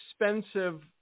expensive